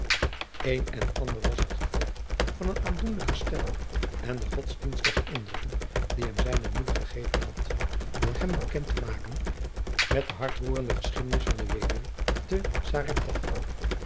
een en ander was het gevolg van een aandoenlijk gestel en de godsdienstige indrukken die hem zijne moeder gegeven had door hem bekend te maken met de hartroerende geschiedenis van de weduwe te